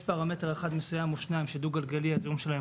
יש פרמטר אחד או שניים שדו גלגלי הזיהום שלהם